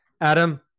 Adam